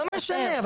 לא משנה,